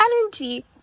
energy